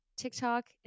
tiktok